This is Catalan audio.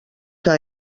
què